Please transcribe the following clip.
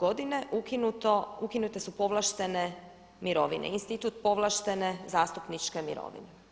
godine ukinuto, ukinute su povlaštene mirovine, institut povlaštene zastupničke mirovine.